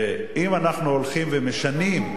ואם אנחנו הולכים ומשנים,